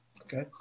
Okay